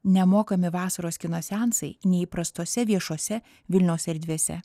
nemokami vasaros kino seansai neįprastose viešose vilniaus erdvėse